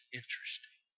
interesting